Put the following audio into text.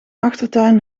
achtertuin